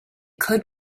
could